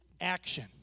action